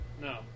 No